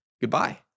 goodbye